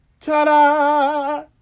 Ta-da